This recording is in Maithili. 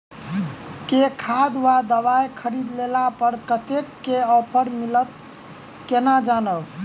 केँ खाद वा दवाई खरीदला पर कतेक केँ ऑफर मिलत केना जानब?